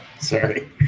Sorry